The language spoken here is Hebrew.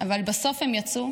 אבל בסוף הם יצאו